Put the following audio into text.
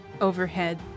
Overhead